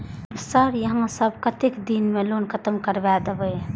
Sir यहाँ सब कतेक दिन में लोन खत्म करबाए देबे?